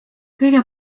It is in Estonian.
kõige